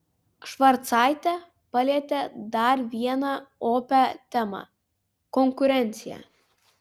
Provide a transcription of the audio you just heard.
švarcaitė palietė dar vieną opią temą konkurenciją